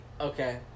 Okay